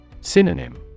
Synonym